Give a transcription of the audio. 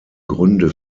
gründe